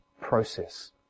process